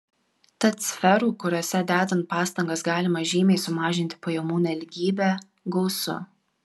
tad sferų kuriose dedant pastangas galima žymiai sumažinti pajamų nelygybę gausu